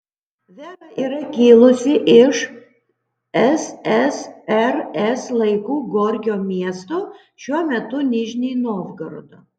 vera yra kilusi iš ssrs laikų gorkio miesto šiuo metu nižnij novgorodo